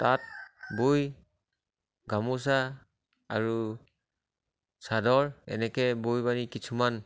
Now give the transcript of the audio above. তাত বৈ গামোচা আৰু চাদৰ এনেকৈ বৈ পানি কিছুমান